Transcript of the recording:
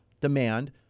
demand